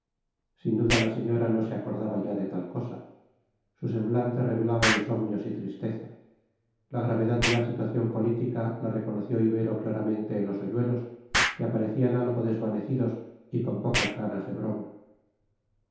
sin duda la señora no se acordaba ya de tal cosa su semblante revelaba insomnios y tristeza la gravedad de la situación política la reconoció ibero claramente en los hoyuelos que aparecían algo desvanecidos y con pocas ganas de broma